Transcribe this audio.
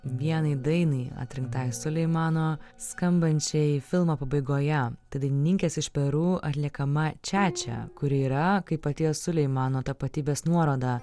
vienai dainai atrinktai suleimano skambančiai filmo pabaigoje dainininkės iš peru atliekama čiačia kuri yra kaip paties suleimano tapatybės nuoroda